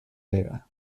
data